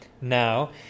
now